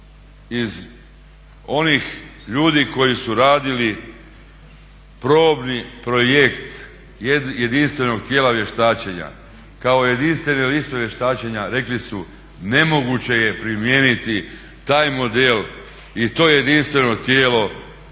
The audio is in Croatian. iz onih ljudi koji su radili probni projekt jedinstvenog tijela vještačenja. Kao jedinstveni …/Govornik se ne razumije./… vještačenja rekli su nemoguće je primijeniti taj model i to jedinstveno tijelo